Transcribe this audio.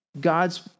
God's